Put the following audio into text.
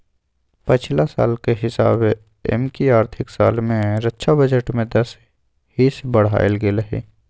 पछिला साल के हिसाबे एमकि आर्थिक साल में रक्षा बजट में दस हिस बढ़ायल गेल हइ